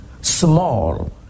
small